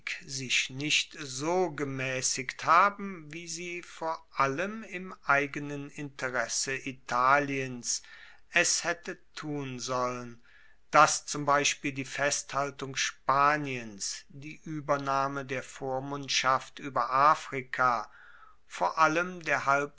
sich nicht so gemaessigt haben wie sie vor allem im eigenen interesse italiens es haette tun sollen dass zum beispiel die festhaltung spaniens die uebernahme der vormundschaft ueber afrika vor allem der